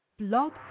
Blog